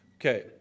Okay